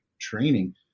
training